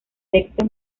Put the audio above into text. texto